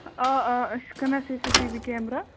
آ آ أسۍ چھِ کٕنان C C T V camera